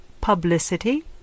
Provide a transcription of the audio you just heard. publicity